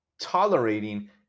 tolerating